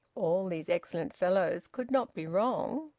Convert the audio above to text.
all these excellent fellows could not be wrong.